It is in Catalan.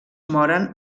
moren